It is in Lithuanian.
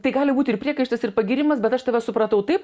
tai gali būt ir priekaištas ir pagyrimas bet aš tave supratau taip